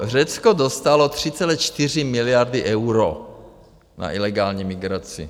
Řecko dostalo 3,4 miliardy eur na ilegální migraci.